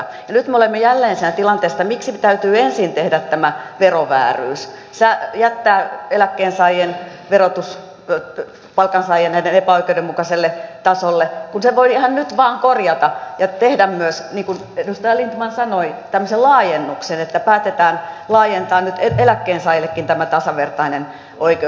nyt me olemme jälleen siinä tilanteessa että miksi täytyy ensin tehdä tämä verovääryys jättää eläkkeensaajien verotus palkansaajiin nähden epäoikeudenmukaiselle tasolle kun sen voi ihan nyt vain korjata ja tehdä myös niin kuin edustaja lindtman sanoi tämmöisen laajennuksen että päätetään laajentaa nyt eläkkeensaajillekin tämä tasavertainen oikeus